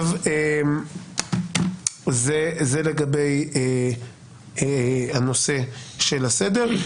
זה לגבי הנושא של הסדר.